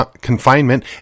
confinement